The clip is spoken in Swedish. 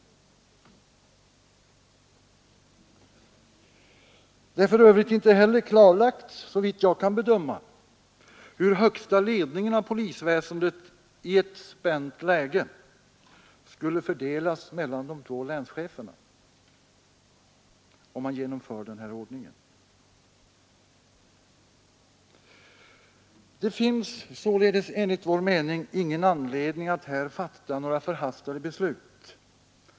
Det är för övrigt inte heller klarlagt, såvitt jag kan bedöma, hur högsta ledningen av polisväsendet i ett spänt läge skulle fördelas mellan de två länscheferna, om man genomförde den här ordningen. Det finns således, enligt min mening, ingen anledning att här fatta några förhastade beslut.